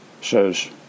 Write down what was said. says